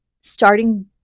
starting